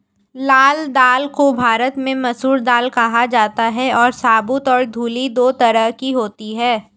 लाल दाल को भारत में मसूर दाल कहा जाता है और साबूत और धुली दो तरह की होती है